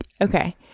okay